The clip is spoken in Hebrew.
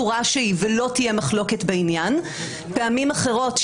בכל בחינה,